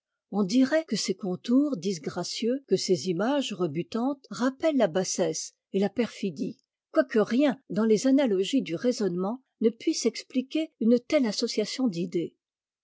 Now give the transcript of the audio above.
on dirait que ces contours disgracieux que ces images rebutantes rappellent la bassesse et la perfidie quoique rien dans les analogies du raisonnement ne puisse expliquer une telle association d'idées